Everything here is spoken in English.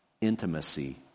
intimacy